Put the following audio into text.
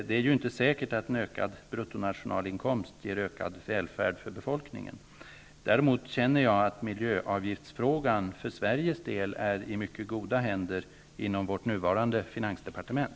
Det är ju inte säkert att en ökad bruttonationalinkomst ger ökad välfärd för befolkningen. Däremot känner jag att miljöavgiftsfrågan för Sveriges del är i mycket goda händer inom vårt nuvarande finansdepartement.